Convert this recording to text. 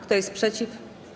Kto jest przeciw?